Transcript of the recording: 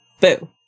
Boo